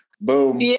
Boom